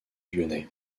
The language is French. lyonnais